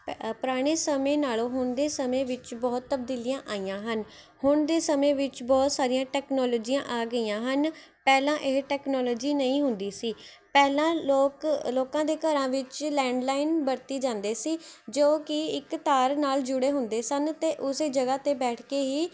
ਪ ਅ ਪੁਰਾਣੇ ਸਮੇਂ ਨਾਲੋਂ ਹੁਣ ਦੇ ਸਮੇਂ ਵਿੱਚ ਬਹੁਤ ਤਬਦੀਲੀਆਂ ਆਈਆਂ ਹਨ ਹੁਣ ਦੇ ਸਮੇਂ ਵਿੱਚ ਬਹੁਤ ਸਾਰੀਆਂ ਟੈਕਨੋਲਜੀਆਂ ਆ ਗਈਆਂ ਹਨ ਪਹਿਲਾਂ ਇਹ ਟੈਕਨੋਲਜੀ ਨਹੀਂ ਹੁੰਦੀ ਸੀ ਪਹਿਲਾਂ ਲੋਕ ਲੋਕਾਂ ਦੇ ਘਰਾਂ ਵਿੱਚ ਲੈਂਡਲਾਈਨ ਵਰਤੇ ਜਾਂਦੇ ਸੀ ਜੋ ਕਿ ਇੱਕ ਤਾਰ ਨਾਲ਼ ਜੁੜੇ ਹੁੰਦੇ ਸਨ ਅਤੇ ਉਸੇ ਜਗ੍ਹਾ 'ਤੇ ਬੈਠ ਕੇ ਹੀ